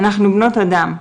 אנחנו בנות אדם,